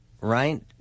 right